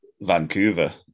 Vancouver